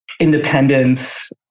independence